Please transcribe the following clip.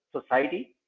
society